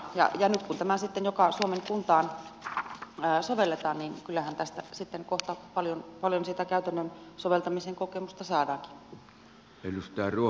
nyt kun tätä sitten joka suomen kuntaan sovelletaan niin kyllähän tästä sitten kohta paljon sitä käytännön soveltamisen kokemusta saadaankin